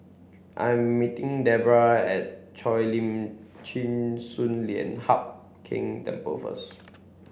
I'm meeting Debra at Cheo Lim Chin Sun Lian Hup Keng Temple first